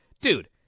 dude